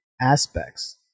aspects